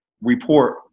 report